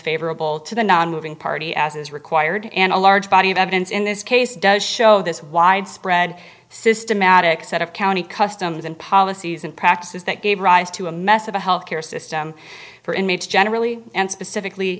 favorable to the nonmoving party as is required and a large body of evidence in this case does show this widespread systematic set of county customs and policies and practices that gave rise to a mess of a health care system for inmates generally and specifically